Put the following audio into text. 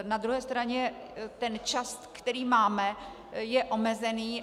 Na druhé straně ten čas, který máme, je omezený.